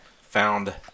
found